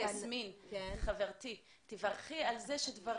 סליחה, חברתי, תברכי על זה שדברים